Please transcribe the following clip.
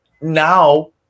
now